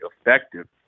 effective